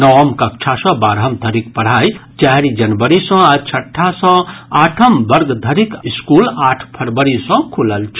नवम् कक्षा सँ बारहम धरिक पढ़ाई चारि जनवरी सँ आ छठा सँ आठम वर्ग धरिक स्कूल आठ फरवरी सँ खुलल छल